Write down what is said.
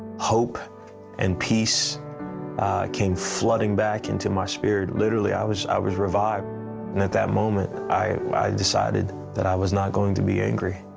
hope and peace came flooding back into my spirit. literally, i was i was revived. and at that moment, i decided i was not going to be angry,